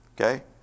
okay